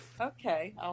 Okay